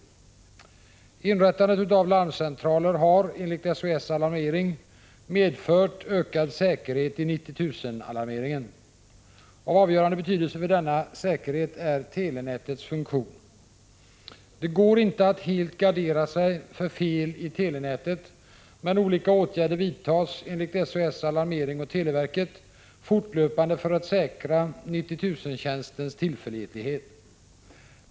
47 Inrättandet av larmcentraler har, enligt SOS Alarmering, medfört ökad säkerhet i 90 000-alarmeringen. Av avgörande betydelse för denna säkerhet är telenätets funktion. Det går inte att helt gardera sig för fel i telenätet, men olika åtgärder vidtas, enligt SOS Alarmering och televerket, fortlöpande för att säkra 90 000-tjänstens tillförlitlighet.